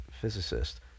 physicist